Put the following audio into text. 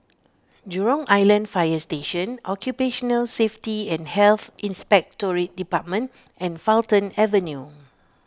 Jurong Island Fire Station Occupational Safety and Health Inspectorate Department and Fulton Avenue